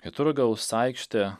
į turgaus aikštę